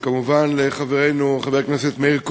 וכמובן, לחברנו חבר הכנסת מאיר כהן,